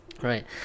Right